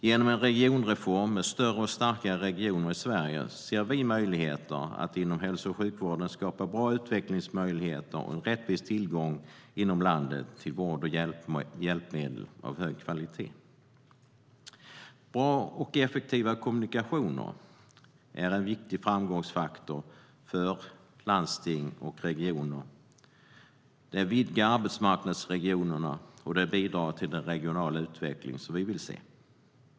Genom en regionreform med större och starkare regioner i Sverige ser vi möjligheter att inom hälso och sjukvården skapa bra utvecklingsmöjligheter och rättvis tillgång inom landet till vård och hjälpmedel av hög kvalitet. Bra och effektiva kommunikationer är en viktig framgångsfaktor för landsting och regioner. Det vidgar arbetsmarknadsregionerna och bidrar till den regionala utveckling vi vill se.